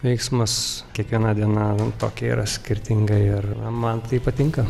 veiksmas kiekviena diena tokia yra skirtinga ir man tai patinka